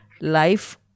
life